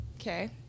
Okay